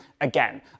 again